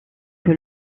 que